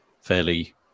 fairly